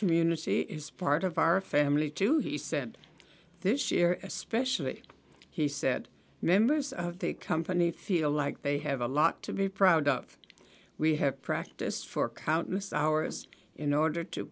community is part of our family too he said this year especially he said members of the company feel like they have a lot to be proud of we have practiced for countless hours in order to